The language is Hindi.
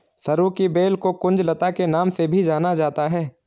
सरू की बेल को कुंज लता के नाम से भी जाना जाता है